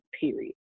period